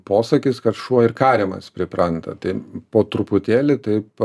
posakis kad šuo ir kariamas pripranta tai po truputėlį taip